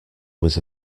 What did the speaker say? was